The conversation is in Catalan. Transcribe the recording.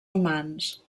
humans